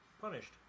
punished